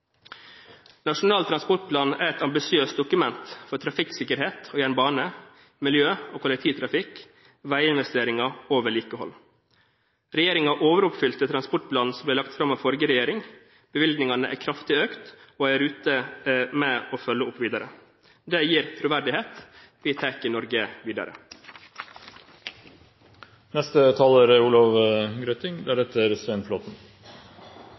Nasjonal transportplan er et ambisiøst dokument for trafikksikkerhet, jernbane, miljø, kollektivtrafikk, veiinvesteringer og vedlikehold. Regjeringen overoppfylte transportplanen som ble lagt fram av forrige regjering. Bevilgningene er kraftig økt og er i rute med å følge opp videre. Det gir troverdighet. Vi tar Norge videre.